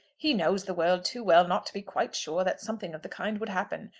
he knows the world too well not to be quite sure that something of the kind would happen.